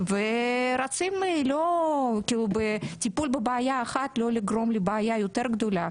ורוצים בטיפול בבעיה אחת לא לגרום לבעיה יותר גדולה,